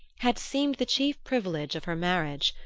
had seemed the chief privilege of her marriage.